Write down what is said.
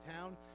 town